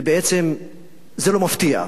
ובעצם זה לא מפתיע.